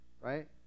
right